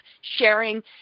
sharing